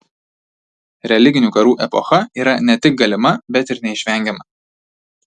religinių karų epocha yra ne tik galima bet ir neišvengiama